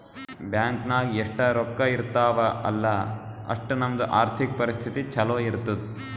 bank ನಾಗ್ ಎಷ್ಟ ರೊಕ್ಕಾ ಇರ್ತಾವ ಅಲ್ಲಾ ಅಷ್ಟು ನಮ್ದು ಆರ್ಥಿಕ್ ಪರಿಸ್ಥಿತಿ ಛಲೋ ಇರ್ತುದ್